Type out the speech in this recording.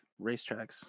racetracks